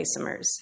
isomers